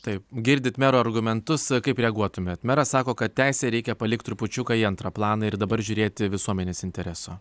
taip girdit mero argumentus kaip reaguotumėt meras sako kad teisę reikia palikt trupučiuką į antrą planą ir dabar žiūrėti visuomenės intereso